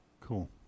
Cool